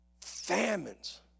famines